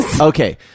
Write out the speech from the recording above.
Okay